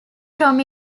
from